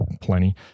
plenty